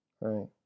right